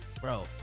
Bro